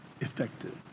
effective